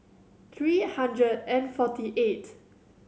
three hundred and forty eight